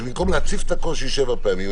שבמקום להציף את הקושי שבע פעמים,